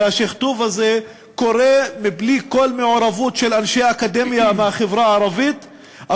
והשכתוב הזה קורה בלי כל מעורבות של אנשי אקדמיה מהחברה הערבית,